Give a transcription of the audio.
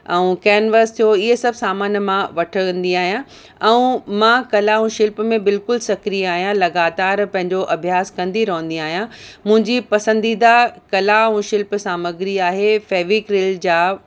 ऐं कैनवास जो इअं सभु सामान मां वठंदी आहियां ऐं मां कला ऐं शिल्प में बिल्कुलु सक्रिय आहियां लगातार पंहिंजो अभ्यास कंदी रहंदी आहियां मुंहिंजी पसंदीदा कला ऐं शिल्प समाग्री आहे फैविक्रिल जा